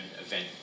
event